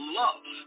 love